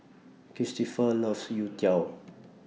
Kristoffer loves Youtiao